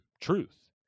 truth